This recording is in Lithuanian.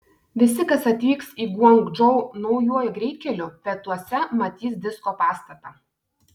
visi kas atvyks į guangdžou naujuoju greitkeliu pietuose matys disko pastatą